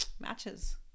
matches